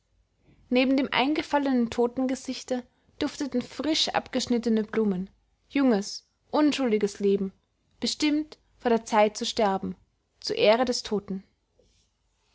neben dem eingefallenen totengesichte dufteten frisch abgeschnittene blumen junges unschuldiges leben bestimmt vor der zeit zu sterben zur ehre des toten